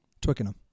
Twickenham